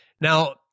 Now